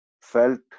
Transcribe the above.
felt